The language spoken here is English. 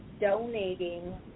donating